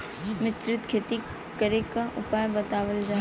मिश्रित खेती करे क उपाय बतावल जा?